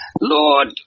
Lord